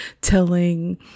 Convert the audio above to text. telling